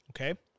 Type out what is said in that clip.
okay